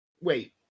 Wait